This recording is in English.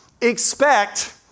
Expect